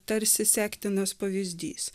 tarsi sektinas pavyzdys